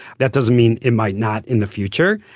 that doesn't mean it might not in the future.